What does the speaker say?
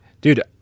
dude